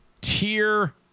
tier